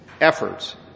efforts